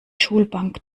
schulbank